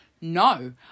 No